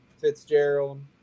fitzgerald